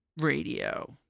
radio